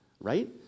right